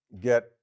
get